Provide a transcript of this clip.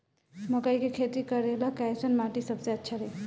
मकई के खेती करेला कैसन माटी सबसे अच्छा रही?